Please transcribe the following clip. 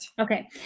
Okay